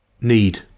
Need